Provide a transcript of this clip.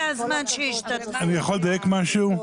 חברת הכנסת